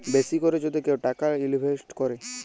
বেশি ক্যরে যদি কেউ টাকা ইলভেস্ট ক্যরে